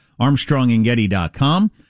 armstrongandgetty.com